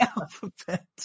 alphabet